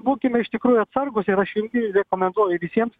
būkime iš tikrųjų atsargūs ir aš irgi rekomenduoju visiems